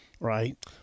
Right